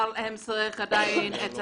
אבל הם עדיין צריכים